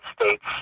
States